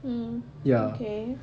mm okay